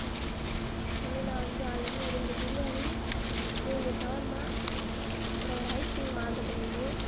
okay இதுமாரி நான் வந்து ஆல்ரெடி ரெண்டு பிரியாணி மூணு ஷவர்மா அப்புறம் ஒரு ஐஸ்கிரீம் ஆர்ட்ரு பண்ணியிருந்தேன்